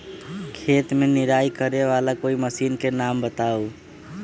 खेत मे निराई करे वाला कोई मशीन के नाम बताऊ?